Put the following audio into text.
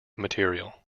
material